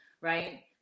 Right